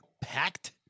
packed